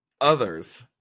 others